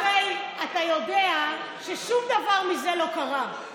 הרי אתה יודע ששום דבר מזה לא קרה.